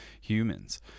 humans